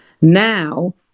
now